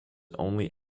only